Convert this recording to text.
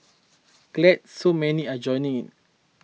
glad so many are joining in